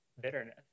bitterness